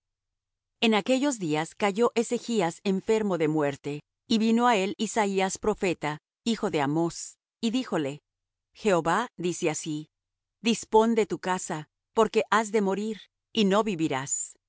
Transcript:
en aquellos días cayó ezechas enfermo de muerte y vino á él isaías profeta hijo de amós y díjole jehová dice así dispón de tu casa porque has de morir y no vivirás